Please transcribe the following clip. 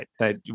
right